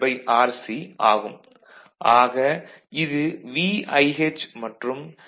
16V IC VCC - VoutRC 5 - 2